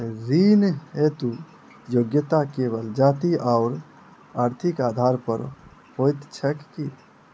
ऋण हेतु योग्यता केवल जाति आओर आर्थिक आधार पर होइत छैक की?